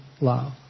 love